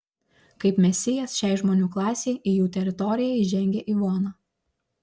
kaip mesijas šiai žmonių klasei į jų teritoriją įžengia ivona